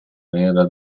nera